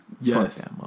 Yes